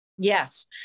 Yes